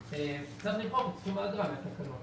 צריך למחוק את סכום האגרה מהתקנות.